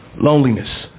loneliness